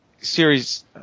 series